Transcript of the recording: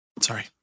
Sorry